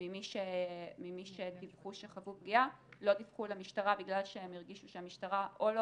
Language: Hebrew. ממי שדיווחו שחוו פגיעה לא דיווחו למשטרה בגלל שהם הרגישו שהמשטרה או לא